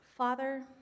Father